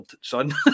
son